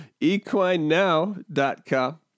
equinenow.com